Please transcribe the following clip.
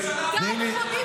טלי,